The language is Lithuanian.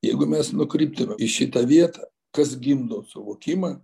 jeigu mes nukryptumėm į šitą vietą kas gimdo suvokimą